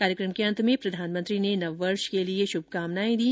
कार्यक्रम के अंत में प्रधानमंत्री ने नववर्ष की शुभकामनाएं दी